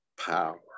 power